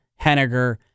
Henniger